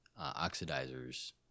oxidizers